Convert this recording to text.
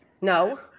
No